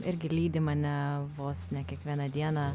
irgi lydi mane vos ne kiekvieną dieną